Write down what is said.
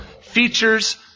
Features